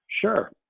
Sure